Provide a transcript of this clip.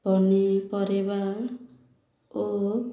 ପନିପରିବା ଓ